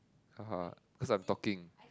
ha ha cause I am talking